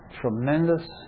tremendous